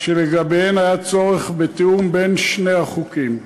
שלגביהן היה צורך בתיאום של שני החוקים.